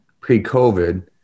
pre-COVID